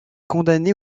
condamné